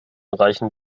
reichen